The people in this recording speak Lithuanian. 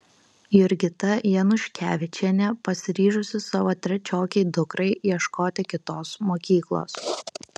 jurgita januškevičienė pasiryžusi savo trečiokei dukrai ieškoti kitos mokyklos